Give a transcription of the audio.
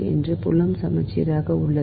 எனவே புலம் சமச்சீராக உள்ளது